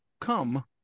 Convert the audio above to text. come